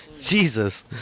Jesus